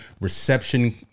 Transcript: reception